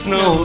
no